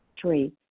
Three